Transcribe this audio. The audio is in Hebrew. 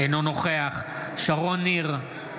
אינו נוכח שרון ניר,